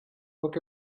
book